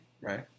right